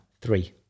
Three